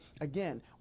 again